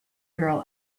girl